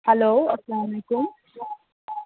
hello اسلامُ علیکُم